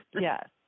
Yes